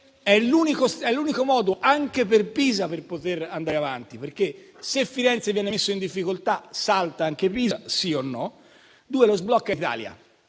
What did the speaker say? è l'unico modo anche per Pisa di poter andare avanti, perché se Firenze viene messa in difficoltà salta anche Pisa? In secondo luogo ho una